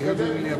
תתקדם אתו.